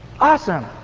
Awesome